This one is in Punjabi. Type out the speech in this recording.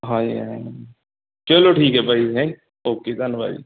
ਹਾਂਜੀ ਹਾਂਜੀ ਚੱਲੋ ਠੀਕ ਹੈਂ ਬਾਈ ਹੈ ਓਕੇ ਧੰਨਵਾਦ ਜੀ